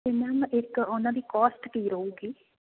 ਅਤੇ ਮੈਮ ਇੱਕ ਉਹਨਾਂ ਦੀ ਕੋਸਟ ਕੀ ਰਹੇਗੀ